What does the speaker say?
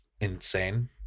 insane